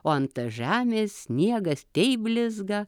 o ant žemės sniegas taip blizga